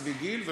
צבי גיל,